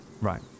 Right